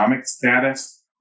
status